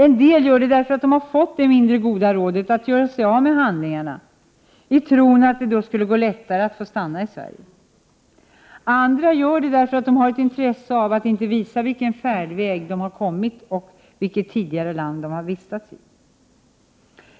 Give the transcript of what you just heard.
En del gör sig av med handlingarna, eftersom de har fått den mindre goda informationen att det då skulle gå lättare att få stanna i Sverige. Andra gör det därför att de har ett intresse av att inte visa t.ex. färdväg och tidigare vistelseland.